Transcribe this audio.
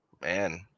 man